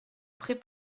pré